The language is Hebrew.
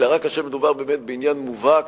אלא רק כאשר מדובר בעניין מובהק